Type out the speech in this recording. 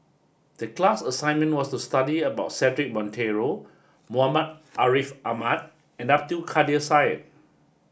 the class assignment was to study about Cedric Monteiro Muhammad Ariff Ahmad and Abdul Kadir Syed